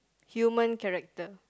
human character